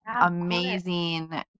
amazing